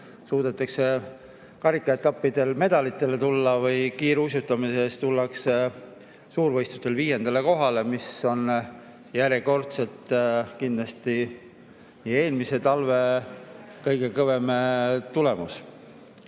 suudetakse karikaetappidel medalitele tulla või kiiruisutamises tullakse suurvõistlustel viiendale kohale, mis on kindlasti eelmise talve kõige kõvem tulemus.